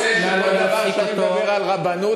לא רוצה שבכל דבר שאני מדבר על רבנות,